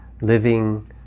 living